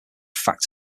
fact